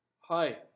Hi